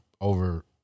over